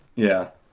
yeah.